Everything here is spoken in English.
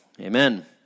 amen